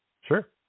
Sure